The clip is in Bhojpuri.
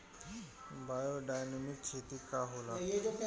बायोडायनमिक खेती का होला?